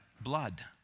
blood